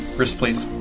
wrist, please.